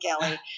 Kelly